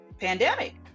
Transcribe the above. pandemic